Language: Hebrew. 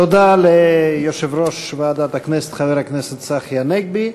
תודה ליושב-ראש ועדת הכנסת, חבר הכנסת צחי הנגבי.